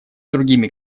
другими